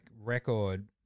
record